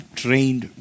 trained